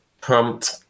prompt